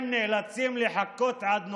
הם נאלצים לחכות עד נובמבר,